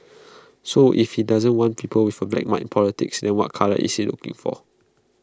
so if he doesn't want people with A black mark in politics then what colour is he looking for